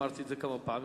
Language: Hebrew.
ואמרתי את זה כמה פעמים,